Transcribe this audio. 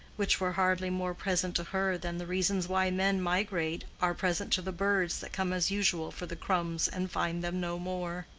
which were hardly more present to her than the reasons why men migrate are present to the birds that come as usual for the crumbs and find them no more.